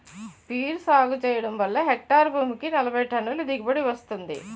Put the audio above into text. peer సాగు చెయ్యడం వల్ల హెక్టారు భూమికి నలబైటన్నుల దిగుబడీ వస్తుంది